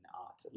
art